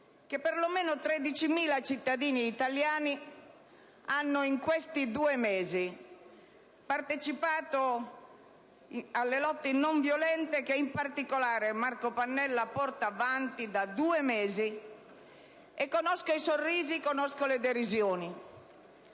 che perlomeno 13.000 cittadini italiani in questi due mesi hanno partecipato alle lotte non violente che, in particolare, Marco Pannella porta avanti da due mesi. E io conosco i sorrisi, e conosco le derisioni.